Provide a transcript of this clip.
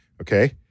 Okay